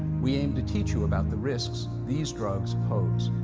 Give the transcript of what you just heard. we aim to teach you about the risks these drugs pose.